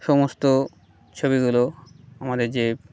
সমস্ত ছবিগুলো আমাদের যে